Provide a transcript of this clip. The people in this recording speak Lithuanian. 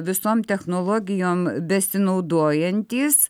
visom technologijom besinaudojantys